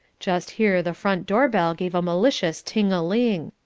just here the front door-bell gave a malicious ting-a-ling.